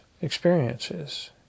experiences